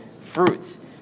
fruits